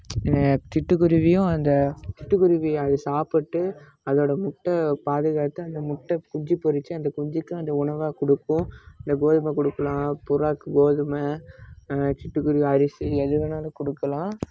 சிட்டு குருவியும் அந்த சிட்டு குருவி அது சாப்பிட்டு அதோடய முட்டை பாதுகாத்து அந்த முட்டை குஞ்சு பொரித்து அந்த குஞ்சுக்கும் அது உணவாக கொடுக்கும் அந்த கோதுமை கொடுக்குலாம் புறாவுக்கு கோதுமை சிட்டுக்குருவி அரிசி எது வேணாலும் கொடுக்குலாம்